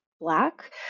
Black